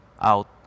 out